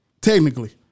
technically